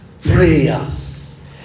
prayers